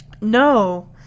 No